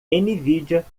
nvidia